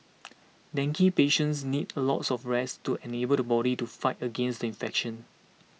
dengue patients need a lots of rest to enable the body to fight against the infection